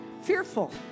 fearful